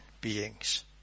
beings